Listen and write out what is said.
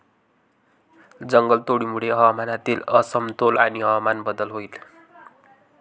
जंगलतोडीमुळे हवामानातील असमतोल आणि हवामान बदल होईल